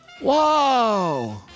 Whoa